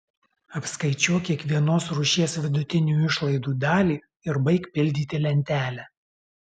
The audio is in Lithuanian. apskaičiuok kiekvienos rūšies vidutinių išlaidų dalį ir baik pildyti lentelę